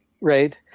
Right